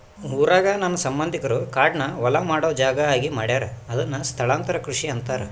ಊರಾಗ ನನ್ನ ಸಂಬಂಧಿಕರು ಕಾಡ್ನ ಹೊಲ ಮಾಡೊ ಜಾಗ ಆಗಿ ಮಾಡ್ಯಾರ ಅದುನ್ನ ಸ್ಥಳಾಂತರ ಕೃಷಿ ಅಂತಾರ